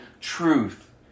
truth